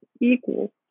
equal